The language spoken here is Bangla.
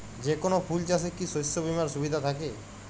যেকোন ফুল চাষে কি শস্য বিমার সুবিধা থাকে?